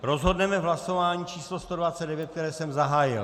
Rozhodneme v hlasování číslo 129, které jsem zahájil.